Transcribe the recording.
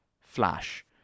flash